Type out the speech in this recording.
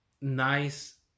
nice